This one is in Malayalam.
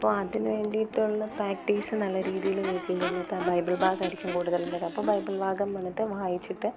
അപ്പോൾ അതിനുവേണ്ടിയിട്ടുള്ള പ്രാക്റ്റീസ് നല്ലരീതിയിൽ വീട്ടിൽ നിന്നിട്ട് ബൈബിൾ ഭാഗമായിരിക്കും കൂടുതലും തരിക അപ്പോൾ ബൈബിൾ ഭാഗം വന്നിട്ട് വായിച്ചിട്ട്